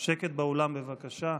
שקט באולם, בבקשה.